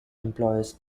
employers